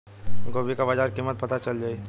गोभी का बाजार कीमत पता चल जाई?